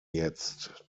jetzt